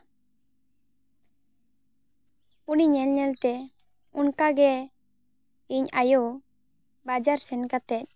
ᱩᱱᱤ ᱧᱮᱞ ᱧᱮᱞᱛᱮ ᱚᱱᱠᱟᱜᱮ ᱤᱧ ᱟᱭᱳ ᱵᱟᱡᱟᱨ ᱥᱮᱱ ᱠᱟᱛᱮ